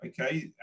Okay